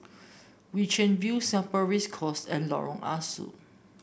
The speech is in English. Chian View Singapore Race Course and Lorong Ah Soo